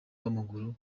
w’amaguru